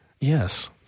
Yes